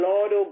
Lord